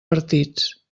partits